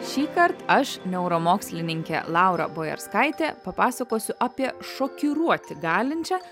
šįkart aš neuromokslininkė laura bojarskaitė papasakosiu apie šokiruoti galinčią